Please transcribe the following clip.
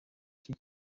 icyo